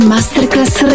Masterclass